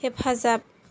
हेफाजाब